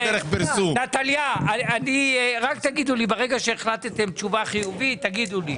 נטליה, ברגע שהחלטתם ויש תשובה חיובית, תגידו לי.